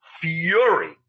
fury